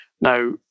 Now